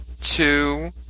two